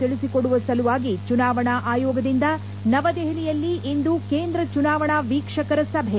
ತಿಳಿಸಿಕೊಡುವ ಸಲುವಾಗಿ ಚುನಾವಣಾ ಆಯೋಗದಿಂದ ನವದೆಹಲಿಯಲ್ಲಿಂದು ಕೇಂದ್ರ ಚುನಾವಣಾ ವೀಕ್ಷಕರ ಸಭೆ